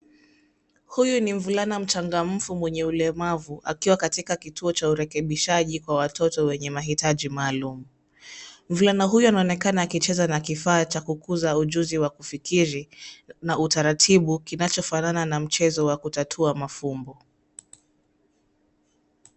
Huyu ni mvulana mchangamfu mwenye ulemavu akiwa katika kituo cha urekebishaji kwa watoto wenye mahitaji maalum. Mvulana huyu anaonekana akicheza na kifaa cha kukuza ujuzi wa kufikiri na utaratibu kinachofanana na mchezo wa kutatua mafumbo.